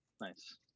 Nice